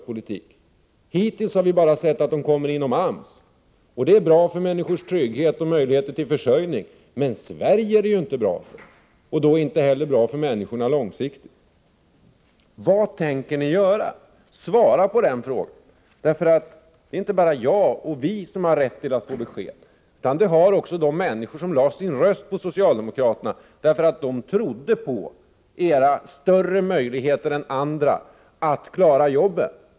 Hittills har vi bara sett att de kommer till stånd inom AMS. Det är bra för människors trygghet och möjligheter till försörjning, men Sverige är det inte bra för — och därför långsiktigt inte heller för människorna. Vad tänker ni göra? Svara på den frågan! Det är inte bara vi här i riksdagen som har rätt att få besked, utan också de människor som lade sin röst på socialdemokraterna därför att de trodde att ni skulle ha större möjligheter än andra att klara jobben.